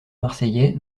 marseillais